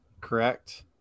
correct